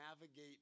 navigate